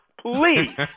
please